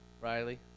Riley